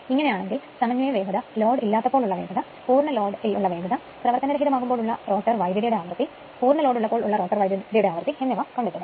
ഇങ്ങനെ ആണെങ്കിൽ സമന്വയ വേഗത ലോഡ് ഇല്ലാത്തപ്പോൾ ഉള്ള വേഗത മുഴുവൻ ലോഡ് ഉള്ളപ്പോൾ ഉള്ള വേഗത പ്രവർത്തനരഹിതം ആകുമ്പോൾ ഉള്ള റോട്ടർ വൈദ്യുതിയുടെ ആവൃത്തി മുഴുവൻ ലോഡ് ഉള്ളപ്പോൾ ഉള്ള റോട്ടർ വൈദ്യുതിയുടെ ആവൃത്തി എന്നിവ കണ്ടെത്തുക